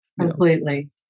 completely